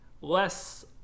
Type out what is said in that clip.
less